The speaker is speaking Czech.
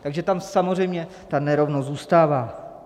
Takže tam samozřejmě ta nerovnost zůstává.